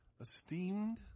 esteemed